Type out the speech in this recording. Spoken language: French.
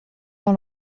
dans